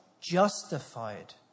justified